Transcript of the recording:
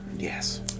Yes